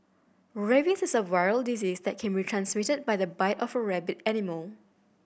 rabies is a viral disease that can be transmitted by the bite of a rabid animal